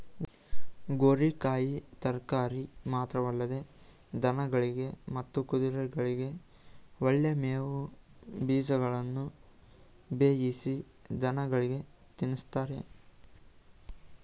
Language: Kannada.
ಗೋರಿಕಾಯಿ ತರಕಾರಿ ಮಾತ್ರವಲ್ಲದೆ ದನಗಳಿಗೆ ಮತ್ತು ಕುದುರೆಗಳಿಗೆ ಒಳ್ಳೆ ಮೇವು ಬೀಜಗಳನ್ನು ಬೇಯಿಸಿ ದನಗಳಿಗೆ ತಿನ್ನಿಸ್ತಾರೆ